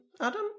Adam